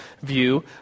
view